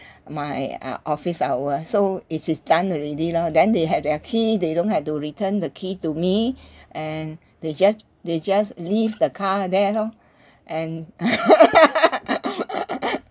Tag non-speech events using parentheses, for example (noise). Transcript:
my uh office hour so it is done already lor then they have their key they don't have to return the key to me and they just they just leave the car there lor and (laughs)